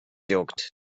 juckt